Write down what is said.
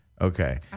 Okay